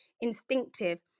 instinctive